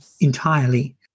entirely